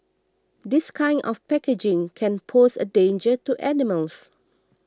this kind of packaging can pose a danger to animals